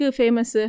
famous